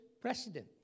president